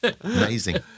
Amazing